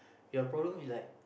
your problem is like